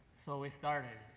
so we started.